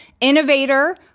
innovator